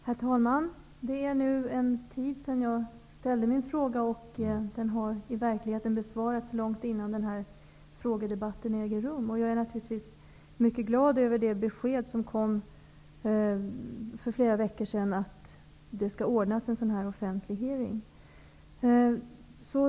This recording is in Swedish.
Herr talman! Det är nu en tid sedan jag ställde min fråga, och den har i verkligheten besvarats långt innan den här frågedebatten äger rum. Jag är naturligtvis mycket glad över det besked som kom för flera veckor sedan om att det skall ordnas en offentlig hearing.